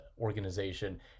organization